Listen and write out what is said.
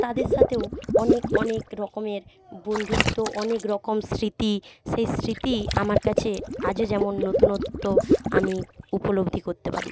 তাদের সাথেও অনেক অনেক রকমের বন্ধুত্ব অনেক রকম স্মৃতি সে স্মৃতি আমার কাছে আজও যেমন নতুনত্ব আমি উপলব্ধি করতে পারি